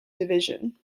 division